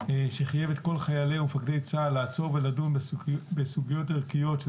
שחייב את כל חיילי ומפקדי צה"ל לעצור ולדון בסוגיות ערכיות של